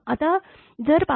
आता जर 5